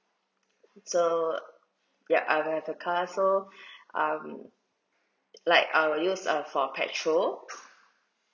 so yup I will have a car so um like I'll use uh for petrol